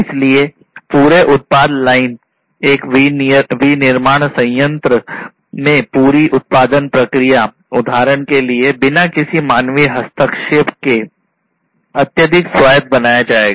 इसलिए पूरे उत्पाद लाइन में पूरी उत्पादन प्रक्रिया उदाहरण के लिए बिना किसी मानवीय हस्तक्षेप के अत्यधिक स्वायत्त बनाया जाएगा